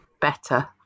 better